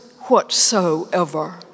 whatsoever